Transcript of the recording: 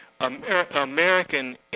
American